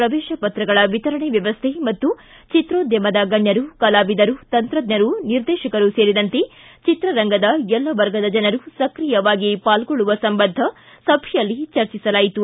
ಪ್ರವೇಶ ಪತ್ರಗಳ ವಿತರಣೆ ವ್ಯವಸ್ಥೆ ಮತ್ತು ಚಿತ್ರೋದ್ಯಮದ ಗಣ್ಣರು ಕಲಾವಿದರು ತಂತ್ರಜ್ವರು ನಿರ್ದೇಶಕರು ಸೇರಿದಂತೆ ಚಿತ್ರರಂಗದ ಎಲ್ಲ ವರ್ಗದ ಜನರು ಸಕ್ರಿಯವಾಗಿ ಪಾಲ್ಗೊಳ್ಳುವ ಸಂಬಂಧ ಸಭೆಯಲ್ಲಿ ಚರ್ಚಿಸಲಾಯಿತು